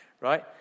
right